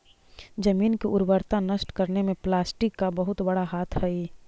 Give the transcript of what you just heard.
जमीन की उर्वरता नष्ट करने में प्लास्टिक का बहुत बड़ा हाथ हई